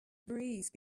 breeze